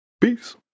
Peace